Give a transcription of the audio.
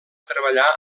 treballar